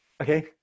Okay